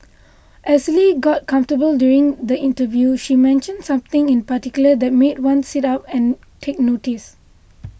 as Lee got comfortable during the interview she mentioned something in particular that made one sit up and take notice